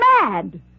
mad